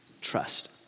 trust